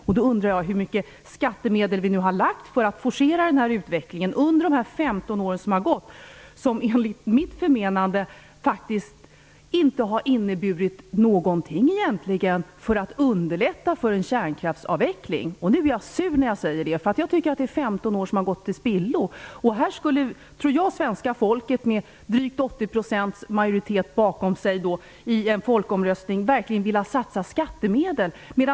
Jag undrar hur mycket skattemedel vi har använt för att forcera utvecklingen under de 15 år som har gått. Enligt mitt förmenande har det inte gjorts någonting egentligen för att underlätta för en kärnkraftsavveckling. Jag är sur när jag säger det. Jag tycker att det är 15 år som har gått till spillo. Jag tror att svenska folket med en majoritet på drygt 80 % i folkomröstning verkligen skulle vilja satsa skattemedel på detta.